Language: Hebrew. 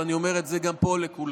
ואני אומר את זה גם פה לכולכם: